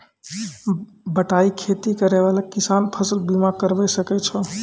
बटाई खेती करै वाला किसान फ़सल बीमा करबै सकै छौ?